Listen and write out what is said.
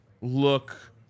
look